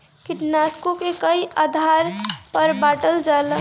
कीटनाशकों के कई आधार पर बांटल जाला